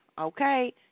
Okay